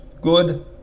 good